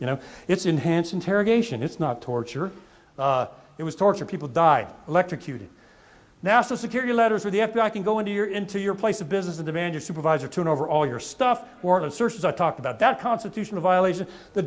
know it's enhanced interrogation it's not torture it was torture people died electrocuted national security letters for the f b i can go into your into your place of business to demand a supervisor turn over all your stuff or the searches i talk about that constitutional violation the